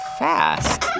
fast